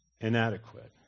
inadequate